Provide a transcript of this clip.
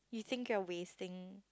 he think away think